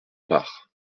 barre